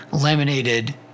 laminated